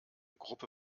gruppe